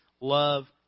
love